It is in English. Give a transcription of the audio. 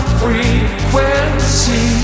frequency